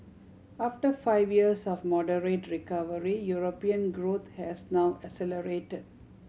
after five years of moderate recovery European growth has now accelerated